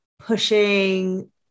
pushing